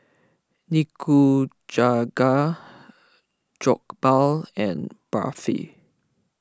Nikujaga Jokbal and Barfi